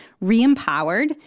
re-empowered